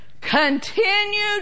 continued